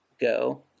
go